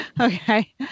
okay